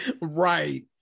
right